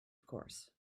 course